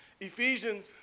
Ephesians